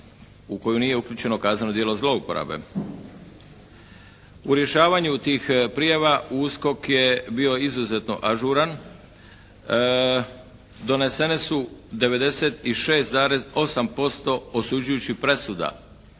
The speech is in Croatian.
u koju nije uključeno kazneno djelo zlouporabe. U rješavanju tih prijava USKOK je bio izuzetno ažuran, donesene su 96,8% osuđujućih presuda,